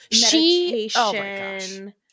meditation